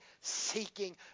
seeking